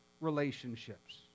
relationships